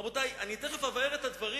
רבותי, תיכף אבאר את הדברים.